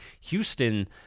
Houston